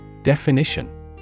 Definition